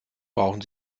brauchen